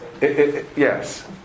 yes